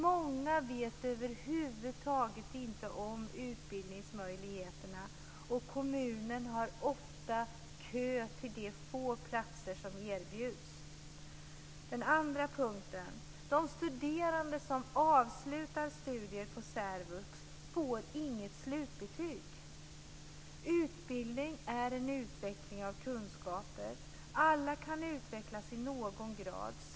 Många vet över huvud taget inte om utbildningsmöjligheterna, och kommunerna har ofta kö till de få platser som erbjuds. 2. De studerande som avslutar studier i särvux får inget slutbetyg. Utbildning är en utveckling av kunskaper. Alla kan utvecklas i någon grad.